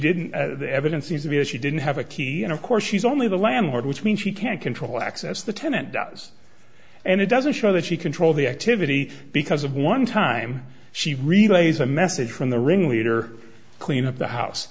didn't the evidence seems to be as she didn't have a key and of course she's only the landlord which means she can't control access the tenant does and it doesn't show that she control the activity because of one time she relays a message from the ringleader clean up the house